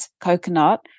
coconut